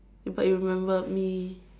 you but remembered me